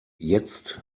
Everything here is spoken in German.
jetzt